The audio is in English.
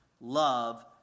love